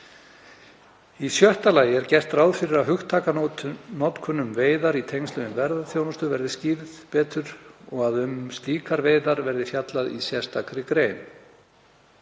Í sjötta lagi er gert ráð fyrir að hugtakanotkun um veiðar í tengslum við ferðaþjónustu verði betur skýrð og að um slíkar veiðar verði fjallað í sérstakri grein.